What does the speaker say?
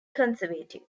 conservative